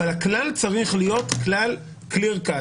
אבל הכלל צריך להיות כלל clear-cut,